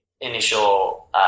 initial